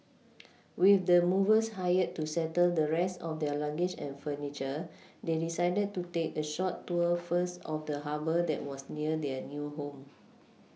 with the movers hired to settle the rest of their luggage and furniture they decided to take a short tour first of the Harbour that was near their new home